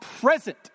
present